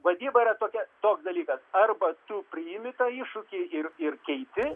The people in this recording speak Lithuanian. vadyba yra tokia toks dalykas arba tu priimi tą iššūkį ir ir keiti